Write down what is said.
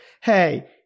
hey